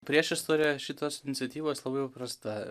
priešistorė šitos iniciatyvos labai paprasta